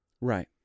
Right